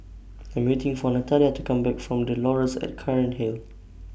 I'm waiting For Natalia to Come Back from The Laurels At Cairnhill